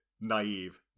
naive